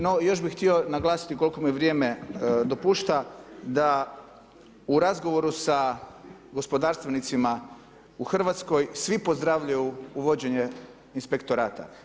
No, još bih htio naglasiti koliko mi vrijeme dopušta, da u razgovoru sa gospodarstvenicima u Hrvatskoj svi pozdravljaju uvođenje inspektorata.